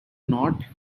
not